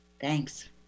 Thanks